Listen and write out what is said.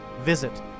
visit